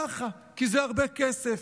ככה, כי זה הרבה כסף.